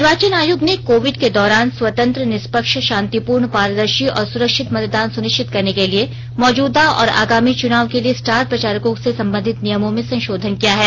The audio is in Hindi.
निर्वाचन आयोग ने कोविड के दौरान स्वतंत्र निष्पक्ष शांतिपूर्ण पारदर्शी और सुरक्षित मतदान सुनिश्चित करने के लिए मौजूदा और आगामी चुनाव के लिए स्टार प्रचारकों से संबंधित नियमों में संशोधन किया है